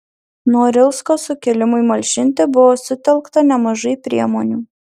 norilsko sukilimui malšinti buvo sutelkta nemažai priemonių